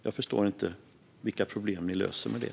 Jag förstår inte vilka problem som ni löser med det.